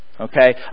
Okay